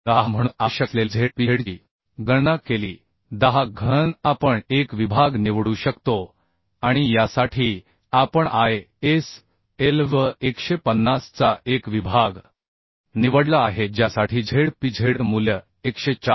10म्हणून आवश्यक असलेल्या z p z ची गणना केली 10 घन आपण एक विभाग निवडू शकतो आणि यासाठी आपण ISLV150 चा एक विभाग निवडला आहे ज्यासाठी zpz मूल्य 104